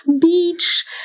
beach